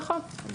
נכון.